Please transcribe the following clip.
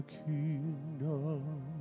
kingdom